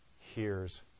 hears